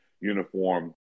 uniform